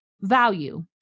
value